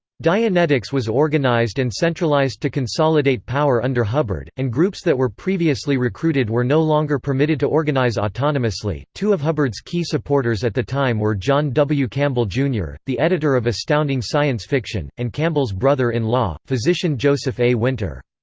dianetics was organized and centralized to consolidate power under hubbard, and groups that were previously recruited were no longer permitted to organize autonomously two of hubbard's key supporters at the time were john w. campbell jr, the editor of astounding science fiction, and campbell's brother-in-law, physician joseph a. winter.